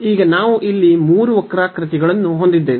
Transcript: ಈಗ ನಾವು ಇಲ್ಲಿ 3 ವಕ್ರಾಕೃತಿಗಳನ್ನು ಹೊಂದಿದ್ದೇವೆ